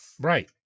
Right